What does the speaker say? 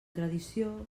tradició